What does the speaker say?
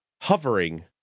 hovering